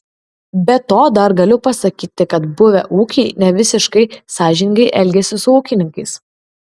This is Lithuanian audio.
be to dar galiu pasakyti kad buvę ūkiai nevisiškai sąžiningai elgiasi su ūkininkais